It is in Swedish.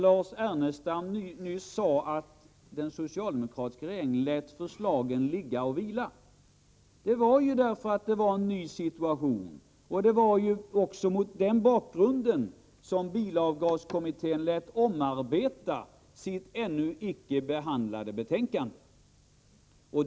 Lars Ernestam sade nyss att den socialdemokratiska regeringen lät förslagen ligga och vila. Det var ju därför att det var en ny situation. Det var också mot den bakgrunden som bilavgaskommittén lät omarbeta sitt ännu icke behandlade förslag.